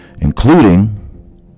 including